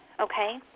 okay